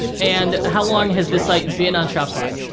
and, how long has this site been on shopify?